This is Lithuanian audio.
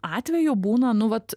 atvejų būna nu vat